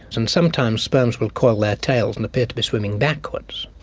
and sometimes sperms will coil their tails and appear to be swimming backwards.